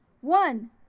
One